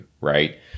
right